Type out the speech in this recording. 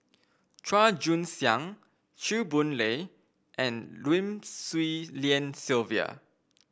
Chua Joon Siang Chew Boon Lay and Lim Swee Lian Sylvia